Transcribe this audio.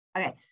Okay